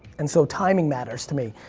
and so timing matters to me,